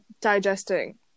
digesting